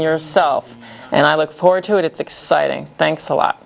yourself and i look forward to it it's exciting thanks a lot